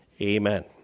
Amen